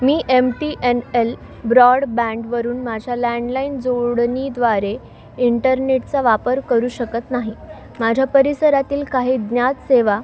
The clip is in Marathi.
मी एम पी एन एल ब्रॉडबँडवरून माझ्या लँडलाइण जो डणीद्वारे इंटरनेटचा वापर करू शकत नाही माझ्या परिसरातील काही ज्ञात सेवा